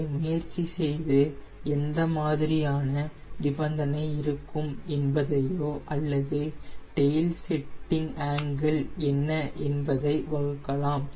இதை முயற்சி செய்து எந்த மாதிரியான நிபந்தனை இருக்கும் என்பதையோ அல்லது டெயில் செட்டிங் ஆங்கிள் என்ன என்பதை வகுக்கலாம்